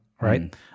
right